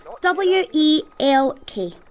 W-E-L-K